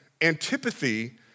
antipathy